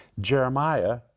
Jeremiah